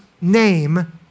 name